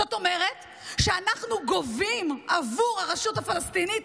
זאת אומרת שאנחנו גובים בעבור הרשות הפלסטינית